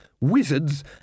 Wizards